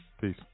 Peace